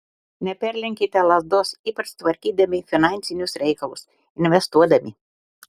neperlenkite lazdos ypač tvarkydami finansinius reikalus investuodami